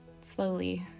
slowly